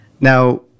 Now